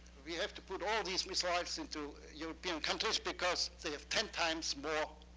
we have to put all these missiles into european countries because they have ten times more